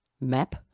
map